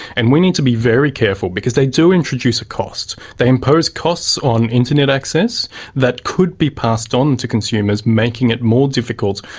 and we need to be very careful because they do introduce a cost. they impose costs on internet access that could be passed on to consumers, making it more difficult,